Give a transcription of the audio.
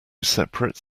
separate